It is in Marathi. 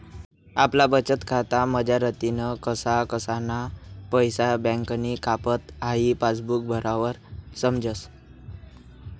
आपला बचतखाता मझारतीन कसा कसाना पैसा बँकनी कापात हाई पासबुक भरावर समजस